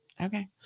Okay